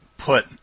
put